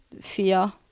fear